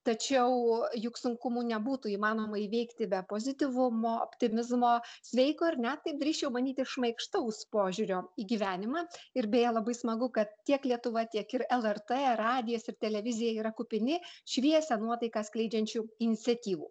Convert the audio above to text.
tačiau juk sunkumų nebūtų įmanoma įveikti be pozityvumo optimizmo sveiko ar ne taip drįsčiau manyti šmaikštaus požiūrio į gyvenimą ir beje labai smagu kad tiek lietuva tiek ir lrt radijas ir televizija yra kupini šviesią nuotaiką skleidžiančių iniciatyvų